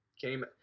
came